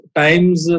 times